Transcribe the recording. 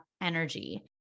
energy